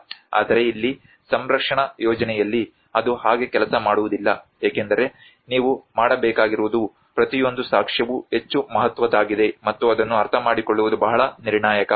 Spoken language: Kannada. ಆದರೆ ಇಲ್ಲಿ ಸಂರಕ್ಷಣಾ ಯೋಜನೆಯಲ್ಲಿ ಅದು ಹಾಗೆ ಕೆಲಸ ಮಾಡುವುದಿಲ್ಲ ಏಕೆಂದರೆ ನೀವು ಮಾಡಬೇಕಾಗಿರುವುದು ಪ್ರತಿಯೊಂದು ಸಾಕ್ಷ್ಯವೂ ಹೆಚ್ಚು ಮಹತ್ವದ್ದಾಗಿದೆ ಮತ್ತು ಅದನ್ನು ಅರ್ಥಮಾಡಿಕೊಳ್ಳುವುದು ಬಹಳ ನಿರ್ಣಾಯಕ